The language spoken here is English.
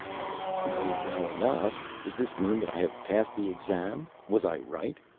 i know well enough. does this mean that i have passed the exam? was i right?